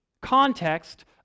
context